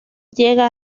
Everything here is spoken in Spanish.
llega